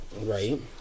Right